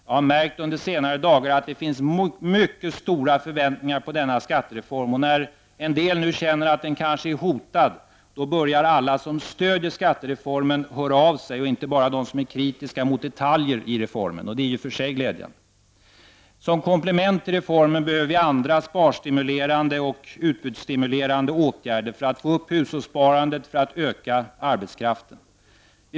Jag har märkt under senare dagar att det finns mycket stora förväntningar på denna skattereform, och när en del nu känner att den kanske är hotad börjar de som stöder skattereformen höra av sig, inte bara de som är kritiska mot detaljerna i reformen, och det är i sig glädjande. Som komplement till reformen behöver vi andra sparstimulerande och utbudsstimulerande åtgärder för att få upp hushållssparandet och för att öka arbetskraftstillgången.